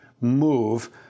move